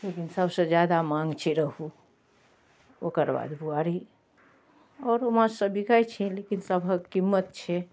लेकिन सबसँ जादा माँग छै रोहु ओकर बाद बुआरी आओर माँछसब बिकाइ छै लेकिन सबके कीमत छै